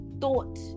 thought